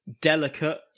delicate